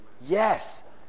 Yes